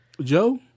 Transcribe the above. Joe